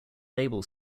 label